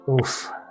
Oof